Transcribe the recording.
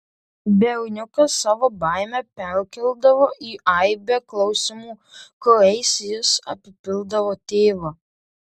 berniukas savo baimę perkeldavo į aibę klausimų kuriais jis apipildavo tėvą